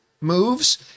moves